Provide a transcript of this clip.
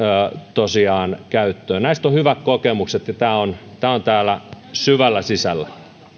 tosiaan käyttöön näistä on hyvät kokemukset ja tämä on tämä on täällä syvällä sisällä